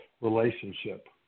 relationship